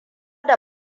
da